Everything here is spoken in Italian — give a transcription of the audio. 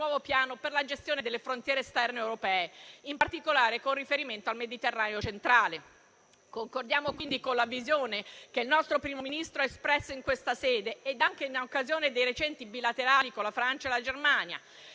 piano per la gestione delle frontiere esterne europee, in particolare con riferimento al Mediterraneo centrale. Concordiamo, quindi, con la visione che il nostro Primo Ministro ha espresso, in questa sede ed anche in occasione dei recenti bilaterali con la Francia e la Germania: